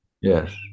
Yes